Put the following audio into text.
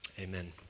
Amen